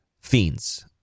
Fiends